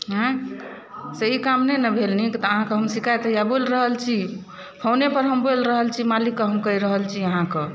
हूँ से ई काम नहि ने भेल नीक तऽ अहाँके हम शिकाएत हैया बोलि रहल छी फोने पर हम बोलि रहल छी मालिकके हम कहि रहल छी अहाँके